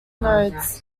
nodes